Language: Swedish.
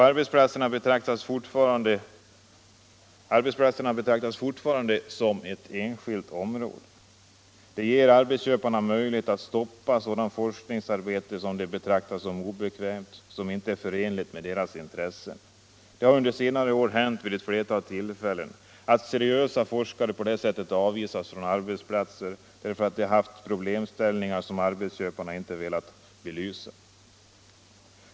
Arbetsplatserna betraktas fortfarande som enskilt område. Det ger arbetsköparna möjlighet att stoppa sådant forskningsarbete som de betraktar som obekvämt — som inte är förenligt med deras intressen. Det har under senare år hänt vid ett flertal tillfällen att seriösa forskare på det här sättet avvisats från arbetsplatser därför att de har haft problemställningar som arbetsköparna inte har velat ha belysta.